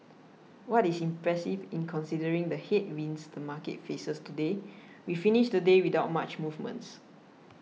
what is impressive is considering the headwinds the market faces today we finished the day without much movements